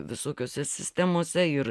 visokiose sistemose ir